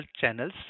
channels